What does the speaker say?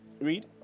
Read